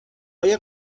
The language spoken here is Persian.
های